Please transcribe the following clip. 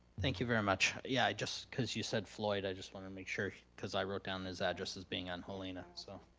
thank you very much. yeah, just cause you said floyd, i just wanted to make sure, cause i wrote down his address as being on helena so,